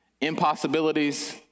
impossibilities